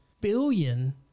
billion